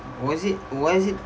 was it why is it